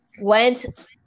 went